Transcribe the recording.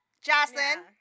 Jocelyn